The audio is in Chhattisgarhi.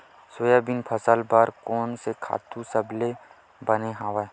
सोयाबीन फसल बर कोन से खातु सबले बने हवय?